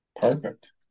Perfect